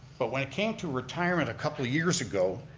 but when it came to retirement a couple years ago,